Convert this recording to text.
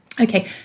Okay